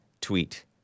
tweet